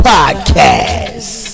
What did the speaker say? Podcast